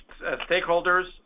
stakeholders